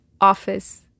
office